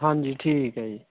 ਹਾਂਜੀ ਠੀਕ ਹੈ ਜੀ